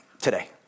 today